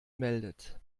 meldet